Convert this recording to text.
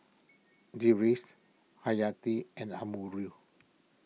Deris Hayati and Amirul